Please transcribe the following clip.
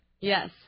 Yes